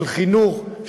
של חינוך,